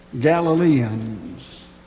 Galileans